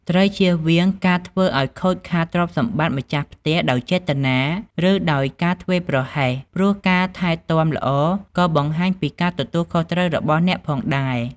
ត្រូវជៀសវាងការធ្វើឱ្យខូចខាតទ្រព្យសម្បត្តិម្ចាស់ផ្ទះដោយចេតនា ឬដោយការធ្វេសប្រហែស ព្រោះការថែទាំល្អក៏បង្ហាញពីការទទួលខុសត្រូវរបស់អ្នកផងដែរ។